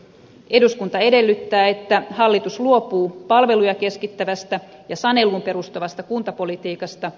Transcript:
eduskunta edellyttää että hallitus luopuu palveluja keskittävästä ja saneluun perustuvasta kuntapolitiikasta